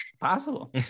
possible